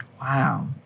Wow